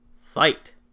Fight